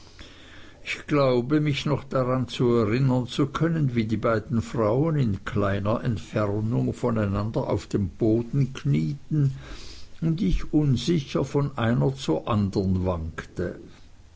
ich glaube mich noch daran erinnern zu können wie die beiden frauen in kleiner entfernung voneinander auf dem boden knieten und ich unsicher von einer zur andern wankte